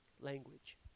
language